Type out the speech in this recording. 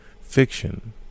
fiction